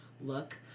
look